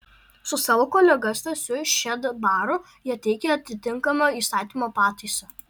su savo kolega stasiu šedbaru jie teikia atitinkamą įstatymo pataisą